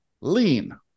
lean